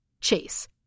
Chase